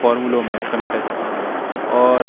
فارمولوں میں سمیٹا جا سکے اور